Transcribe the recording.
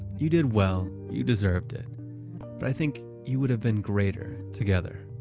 you did well. you deserved it but i think you would have been greater together.